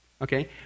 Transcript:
Okay